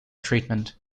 treatment